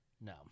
no